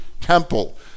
temple